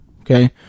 Okay